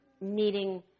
meeting